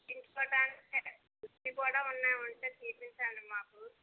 కుట్టించుకోటానికే కుట్టి కూడా ఉన్నవి ఉంటే చూపించండి మాకు